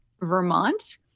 Vermont